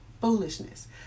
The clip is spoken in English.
Foolishness